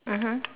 mmhmm